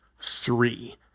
three